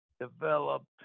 developed